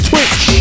Twitch